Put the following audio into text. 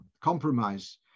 compromise